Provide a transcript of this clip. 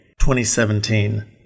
2017